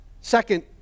Second